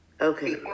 Okay